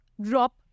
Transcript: drop